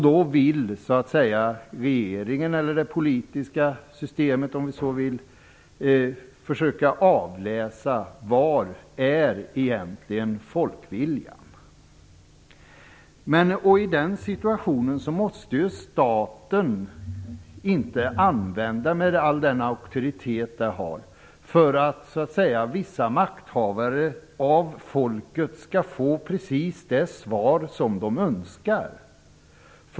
Då vill regeringen, eller det politiska systemet om vi så vill, försöka avläsa vilken folkviljan egentligen är. Men i den situationen får staten inte använda all den auktoritet den har, för att vissa makthavare av folket skall få precis det svar som de önskar.